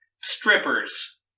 strippers